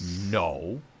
no